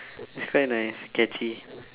it's quite nice catchy